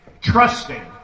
trusting